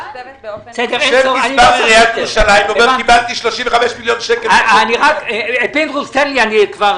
חשוב לי להדגיש כמה דברים.